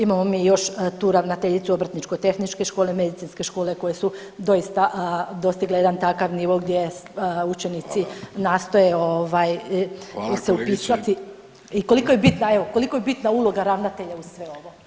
Imamo mi još tu ravnateljicu Obrtničko-tehničke škole, Medicinske škole koje su doista dostigle jedan takav nivo gdje učenici nastoje ovaj [[Upadica: Hvala, hvala kolegice.]] se upisati i koliko je bitna evo, koliko je bitna uloga ravnatelja uz sve ovo.